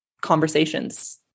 conversations